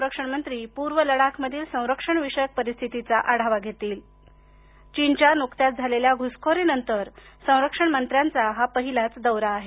संरक्षण मंत्री पूर्व लडाख मधील संरक्षण विषयक परिस्थितीचा आढावा घेतीलन्कत्याच झालेल्या घुसखोरी नंतर संरक्षण मंत्र्यांचा हा पहिलाच दौरा आहे